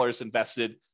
invested